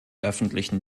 öffentlichen